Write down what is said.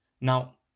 Now